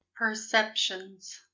perceptions